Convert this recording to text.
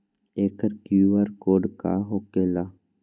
एकर QR code का होकेला?